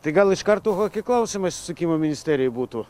tai gal iš karto kokie klausimai susisiekimo ministerijai būtų